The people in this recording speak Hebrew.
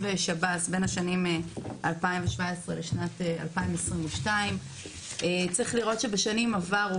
שב"ס בין השנים 2017 לשנת 2022. בשנים עברו,